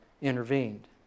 intervened